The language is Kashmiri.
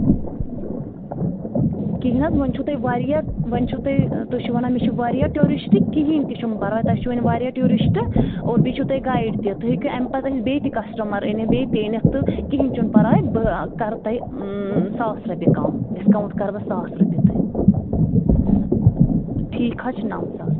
کِہیٖنۍ حظ وۅنۍ چھُو تۄہہِ واریاہ و ۅنۍ چھُو تۄہہِ تُہۍ چھِو وَنان مےٚ چھِ واریاہ ٹیوٗرِسٹ کِہیٖنۍ تہِ چھُنہٕ پَراے تۄہہِ چھُ وَنۍ واریاہ ٹوٗرسٹ اور بیٚیہِ چھُو تۄہہِ گایڈ تہِ تُہۍ ہیٚکِو اَمہِ پَتہٕ اَسہِ بیٚیہِ تہِ کسٹمَر أنِتھ بیٚیہِ تہِ أنِتھ تہٕ کِہیٖنۍ چھُنہٕ پَرواے بہٕ کَرٕ تۄہہِ ساس رۄپیہِ کَم ڈِسکاوُنٛٹ کَرٕ بہٕ ساس رۄپیہِ تۄہہِ نہ ٹھیٖک حظ چھُ نَو ساس